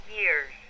years